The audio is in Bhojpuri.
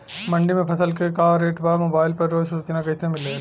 मंडी में फसल के का रेट बा मोबाइल पर रोज सूचना कैसे मिलेला?